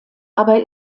aber